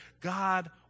God